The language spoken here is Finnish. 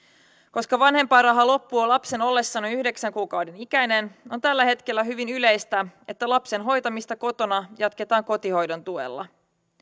koska vanhempainraha loppuu lapsen ollessa noin yhdeksän kuukauden ikäinen on tällä hetkellä hyvin yleistä että lapsen hoitamista kotona jatketaan kotihoidon tuella